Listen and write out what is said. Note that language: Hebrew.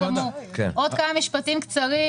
עוד כמה משפטים קצרים: